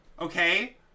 Okay